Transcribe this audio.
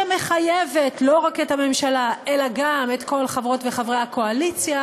שמחייבת לא רק את הממשלה אלא גם את כל חברות וחברי הקואליציה,